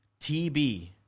TB